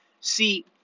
See